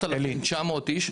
6,900 איש,